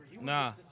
Nah